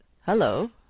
hello